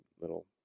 little